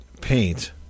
paint